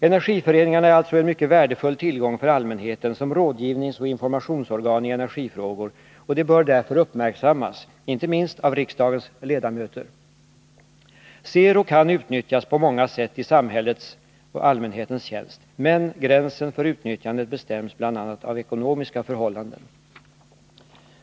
Energiföreningarna är alltså en mycket värdefull tillgång för allmänheten som rådgivningsoch informationsorgan i energifrågor, och de bör därför uppmärksammas — inte minst av riksdagens ledamöter. SERO kan utnyttjas på många sätt i samhällets och allmänhetens tjänst. Men gränsen för utnyttjandet bestäms bl.a. av ekonomiska förhållanden.